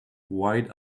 wide